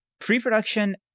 pre-production